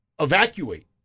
Evacuate